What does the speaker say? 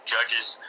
Judge's